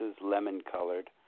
lemon-colored